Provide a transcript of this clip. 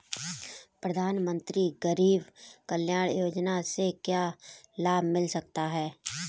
प्रधानमंत्री गरीब कल्याण योजना से क्या लाभ मिल सकता है?